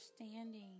understanding